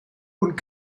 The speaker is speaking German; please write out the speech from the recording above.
und